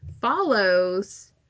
follows